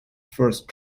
first